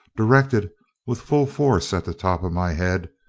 directed with full force at the top of my head,